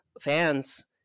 fans